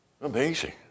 Amazing